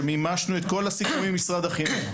שמימשנו את כל הסיכויים עם משרד החינוך.